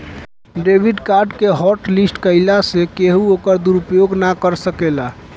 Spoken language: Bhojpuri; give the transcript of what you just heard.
डेबिट कार्ड के हॉटलिस्ट कईला से केहू ओकर दुरूपयोग ना कर सकेला